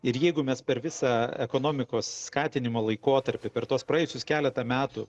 ir jeigu mes per visą ekonomikos skatinimo laikotarpį per tuos praėjusius keletą metų